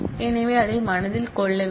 எனவே அதை மனதில் கொள்ள வேண்டும்